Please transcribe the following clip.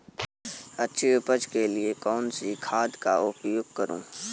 अच्छी उपज के लिए कौनसी खाद का उपयोग करूं?